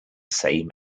same